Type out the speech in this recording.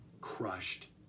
crushed